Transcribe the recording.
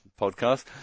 podcast